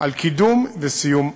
של הפרויקט.